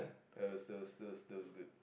that was that was that was good